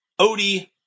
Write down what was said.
Odie